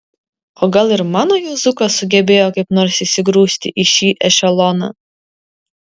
o gal ir mano juozukas sugebėjo kaip nors įsigrūsti į šį ešeloną